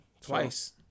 Twice